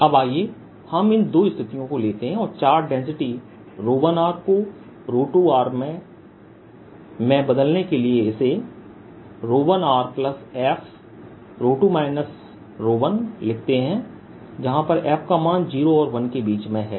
अब आइए हम इन दो स्थितियों को लेते हैं और चार्ज डेंसिटी 1r को 2r मैं बदलने के लिए इसे 1rf2 1 लिखते हैं जहां पर f का मान 0 और 1 के बीच में है